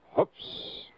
Oops